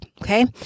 okay